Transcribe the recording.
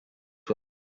well